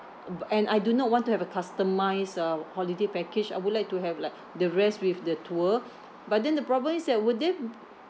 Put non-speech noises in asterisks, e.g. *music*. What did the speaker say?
*noise* and I do not want to have a customised uh holiday package I would like to have like the rest with the tour but then the problem is that would there *noise*